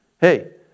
Hey